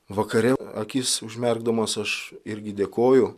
vakare akis užmerkdamas aš irgi dėkoju